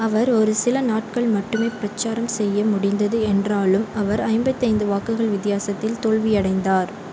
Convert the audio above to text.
அவர் ஒரு சில நாட்கள் மட்டுமே பிரச்சாரம் செய்ய முடிந்தது என்றாலும் அவர் ஐம்பத்து ஐந்து வாக்குகள் வித்தியாசத்தில் தோல்வியடைந்தார்